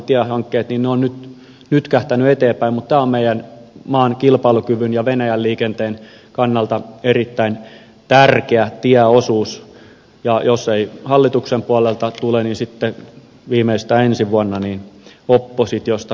ne ovat nyt nytkähtäneet eteenpäin mutta tämä on meidän maamme kilpailukyvyn ja venäjän liikenteen kannalta erittäin tärkeä tieosuus ja jos ei hallituksen puolelta tule niin sitten viimeistään ensi vuonna oppositiosta jyrisee